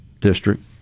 District